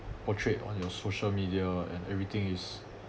portrayed on your social media and everything is